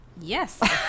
yes